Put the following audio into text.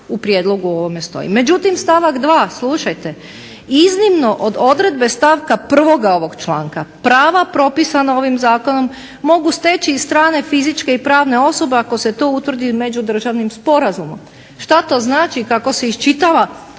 u prijedlogu ovome stoji. Međutim stavak 2. slušajte: "Iznimno od odredbe stavka 1. ovog članka, prava propisana ovim zakonom mogu steći i strane fizičke i pravne osobe ako se to utvrdi međudržavnim sporazumom". Što to znači i kako se iščitava